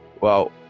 Wow